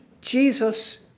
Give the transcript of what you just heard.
Jesus